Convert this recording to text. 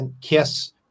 Kiss